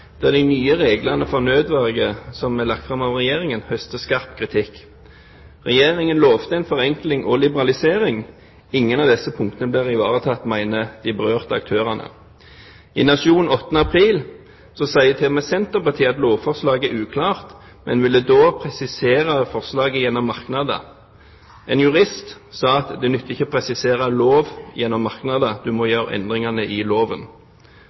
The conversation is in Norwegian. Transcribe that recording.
der de nye reglene for nødverge som er lagt fram av Regjeringen, høster skarp kritikk. Regjeringen lovte en forenkling og liberalisering. Ingen av disse punktene blir ivaretatt, mener de berørte aktørene. I Nationen 8. april sier til og med Senterpartiet at lovforslaget er uklart, men ville da presisere forslaget gjennom merknader. En jurist sa at det nytter ikke å presisere en lov gjennom merknader – man må gjøre endringene i loven.